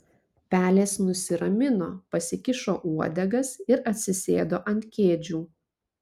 pelės nusiramino pasikišo uodegas ir atsisėdo ant kėdžių